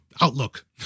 Outlook